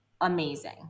amazing